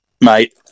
Mate